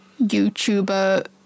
youtuber